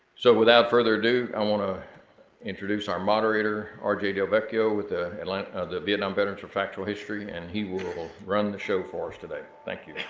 so without further ado, i wanna introduce our moderator, um rj del vecchio with ah and like the vietnam veterans for factual history and he will run the show for us today, thank you.